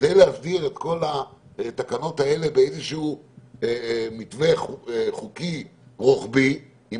כדי להסדיר את כל התקנות האלה באיזה שהוא מתווה חוקי רוחבי עם